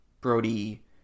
Brody